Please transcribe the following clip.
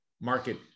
market